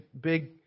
big